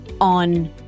on